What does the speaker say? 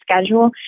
schedule